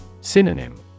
Synonym